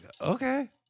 okay